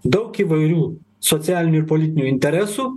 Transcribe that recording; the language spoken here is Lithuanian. daug įvairių socialinių ir politinių interesų